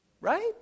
Right